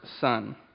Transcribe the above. son